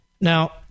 Now